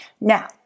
Now